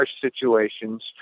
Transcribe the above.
situations